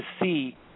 see